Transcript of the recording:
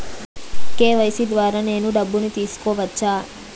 KYC ద్వారా నేను డబ్బును తీసుకోవచ్చా?